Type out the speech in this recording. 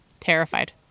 terrified